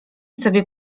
sobie